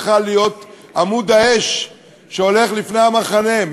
שבעיני הציבור צריכה להיות עמוד האש שהולך לפני המחנה,